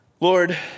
Lord